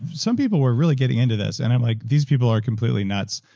some people were really getting into this. and i'm like these people are completely nuts,